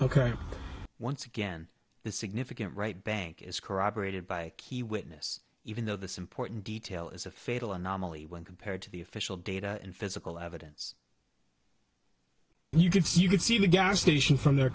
ok once again is significant right bank is corroborated by key witness even though this important detail is a fatal anomaly when compared to the official data and physical evidence you can see you can see the gas station from the